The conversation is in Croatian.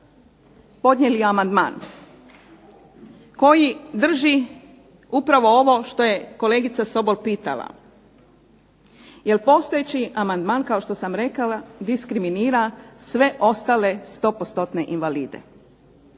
podnijeli amandman koji drži upravo ovo što je kolegica Sobol pitala, jer postojeći amandman kao što sam rekla diskriminira sve ostale sto postotne